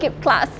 skip class